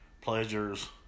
pleasures